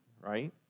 right